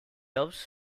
doves